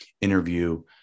interview